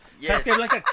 Yes